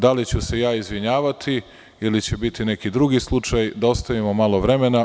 Da li ću se ja izvinjavati ili će biti neki drugi slučaj, da ostavimo malo vremena.